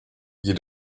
you